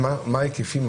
מה ההיקפים.